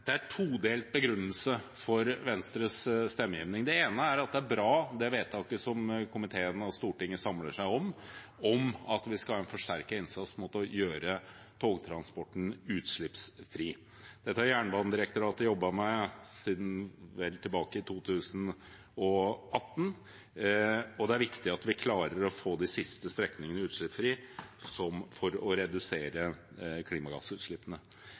vedtaket som komiteen og Stortinget samler seg om, at vi skal ha en forsterket innsats for å gjøre togtransporten utslippsfri. Dette har Jernbanedirektoratet jobbet med siden tilbake i 2018, og det er viktig at vi klarer å få de siste strekningene utslippsfrie for å redusere klimagassutslippene.